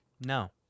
No